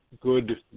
good